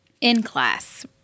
in-class